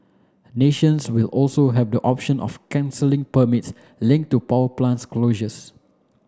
nations will also have the option of cancelling permits linked to power plant closures